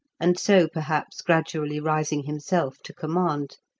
and so perhaps gradually rising himself to command.